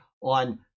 on